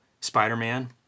Spider-Man